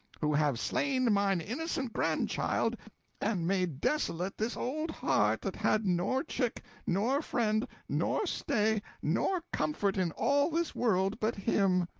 who have slain mine innocent grandchild and made desolate this old heart that had nor chick, nor friend nor stay nor comfort in all this world but him!